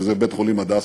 וזה בית-חולים "הדסה"